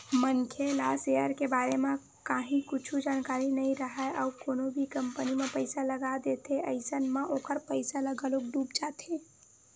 मनखे ला सेयर के बारे म काहि कुछु जानकारी नइ राहय अउ कोनो भी कंपनी म पइसा लगा देथे अइसन म ओखर पइसा ह घलोक डूब जाथे